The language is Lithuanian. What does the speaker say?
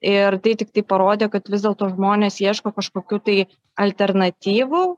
ir tai tiktai parodė kad vis dėlto žmonės ieško kažkokių tai alternatyvų